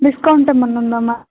Discord ఇమన్నా ఉందమ్మా